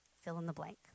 fill-in-the-blank